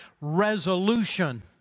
resolution